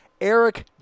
Eric